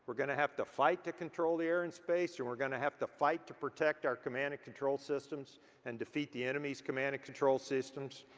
gonna have to fight to control the air and space and we're gonna have to fight to protect our command and control systems and defeat the enemy's command and control systems.